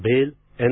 भेल N